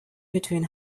between